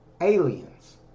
aliens